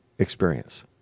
experience